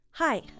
Hi